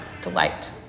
delight